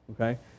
okay